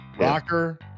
Rocker